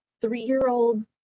three-year-old